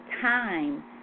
time